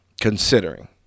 considering